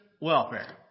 welfare